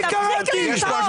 אני קראתי.